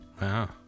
Wow